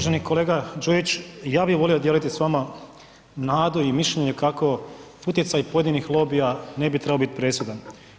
Uvaženi kolega Đujić, i ja bi volio dijeliti s vama nadu i mišljenje kako utjecaj pojedinih lobija ne bi trebao biti presudan.